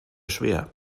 schwer